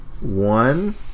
one